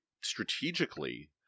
strategically